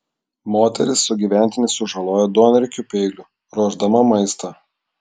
moteris sugyventinį sužalojo duonriekiu peiliu ruošdama maistą